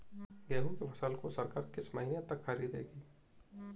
गेहूँ की फसल को सरकार किस महीने तक खरीदेगी?